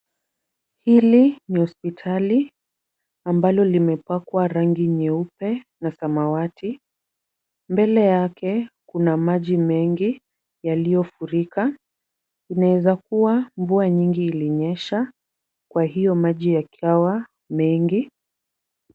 Hili ni hospitali ambalo limepakwa rangi nyeupe na samawati. Mbele yake kuna maji mengi yaliyofurika. Inaweza kuwa mvua nyingi ilinyesha kwa hiyo maji yakawa mengi.